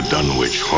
Dunwich